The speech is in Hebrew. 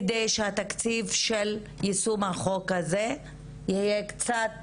כדי שהתקציב של יישום החוק הזה יהיה קצת